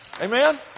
Amen